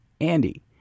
Andy